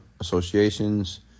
associations